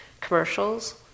commercials